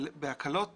בהקלות